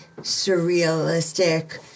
surrealistic